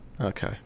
Okay